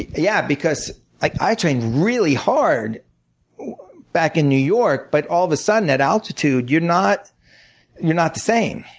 yeah, because i trained really hard back in new york but all of a sudden at altitude, you're not you're not the same.